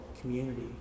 community